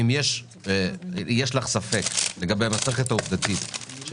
אם יש לך ספק לגבי המסכת העובדתית של